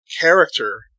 character